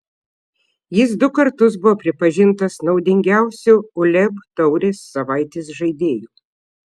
jis du kartus buvo pripažintas naudingiausiu uleb taurės savaitės žaidėju